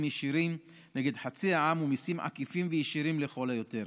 ישירים נגד חצי העם ומיסים עקיפים וישירים לכל היתר.